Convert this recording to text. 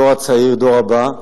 הדור הצעיר, הדור הבא,